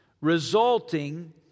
resulting